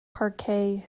parque